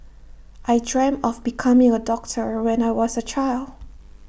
I dreamt of becoming A doctor when I was A child